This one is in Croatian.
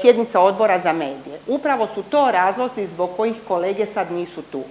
sjednica Odbora za medije. Upravo su to razlozi zbog kojih kolege sad nisu tu.